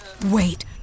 Wait